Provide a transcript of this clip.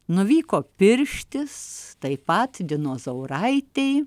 nuvyko pirštis taip pat dinozauraitei